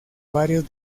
varios